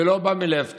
זה לא בא מלב טוב,